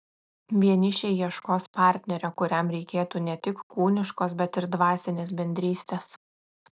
vienišiai ieškos partnerio kuriam reikėtų ne tik kūniškos bet ir dvasinės bendrystės